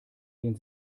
den